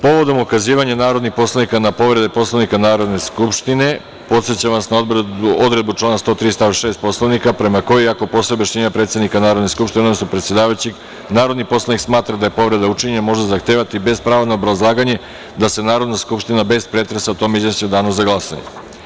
Povodom ukazivanja narodnih poslanika na povrede Poslovnika Narodne skupštine, podsećam vas na odredbu člana 103. stav 6. Poslovnika, prema kojoj ako i posle objašnjenja predsednika Narodne skupštine, odnosno predsedavajućeg narodni poslanik smatra da je povreda učinjena, može zahtevati, bez prava na obrazlaganje, da se Narodna skupština, bez pretresa, o tome izjasni u danu za glasanje.